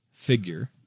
figure